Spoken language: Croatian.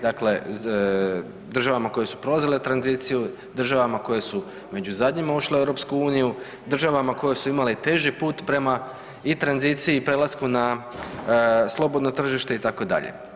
Dakle, državama koje su prolazile tranziciju, državama koje su među zadnjima ušle u EU, državama koje su imale teži put prema i tranziciji i prelasku na slobodno tržište itd.